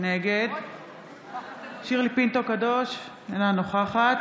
נגד שירלי פינטו קדוש, אינה נוכחת